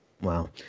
Wow